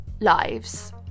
lives